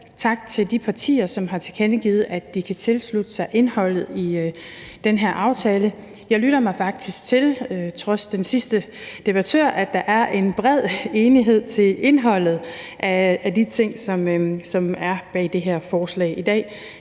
Tak til de partier, som har tilkendegivet, at de kan tilslutte sig indholdet i det her forslag. Jeg lytter mig faktisk til, trods den sidste debattør, at der er en bred enighed om indholdet af de ting, som er i det her forslag i dag,